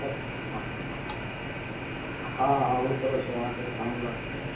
हँ हँ ओहि तरहससँ अहाँकें दाम लागतय